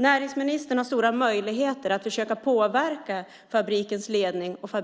Näringsministern har stora möjligheter att försöka påverka fabrikens ledning och